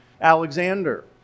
Alexander